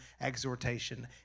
exhortation